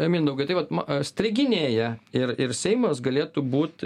mindaugai tai vat striginėja ir ir seimas galėtų būt